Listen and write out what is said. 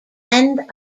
end